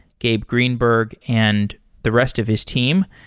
gabe greenberg and the rest of his team.